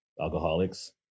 alcoholics